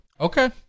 Okay